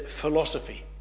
philosophy